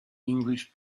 english